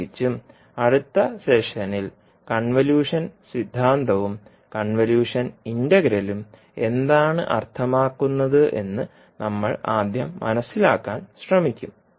പ്രത്യേകിച്ചും അടുത്ത സെഷനിൽ കൺവല്യൂഷൻ സിദ്ധാന്തവും കൺവല്യൂഷൻ ഇന്റഗ്രലും എന്താണ് അർത്ഥമാക്കുന്നത് എന്ന് നമ്മൾ ആദ്യം മനസിലാക്കാൻ ശ്രമിക്കും